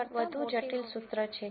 તેથી જો આ થોડું વધુ જટિલ સૂત્ર છે